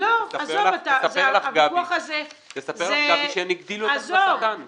תספר לך גבי שהן הגדילו את הכנסתן מעבודה.